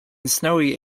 snowy